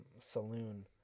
saloon